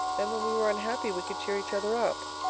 then when we were unhappy we could cheer each other up.